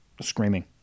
screaming